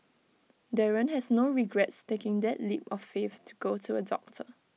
Darren has no regrets taking that leap of faith to go to A doctor